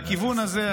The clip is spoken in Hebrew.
והכיוון הזה,